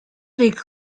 ric